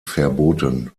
verboten